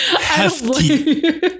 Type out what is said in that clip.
hefty